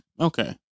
Okay